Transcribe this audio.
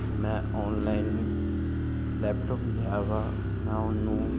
ਮੈਂ online laptop ਲਿਆ ਵਾ ਨਾ ਉਹਨੂੰ